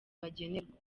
bagenerwa